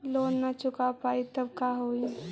Loan न चुका पाई तब का होई?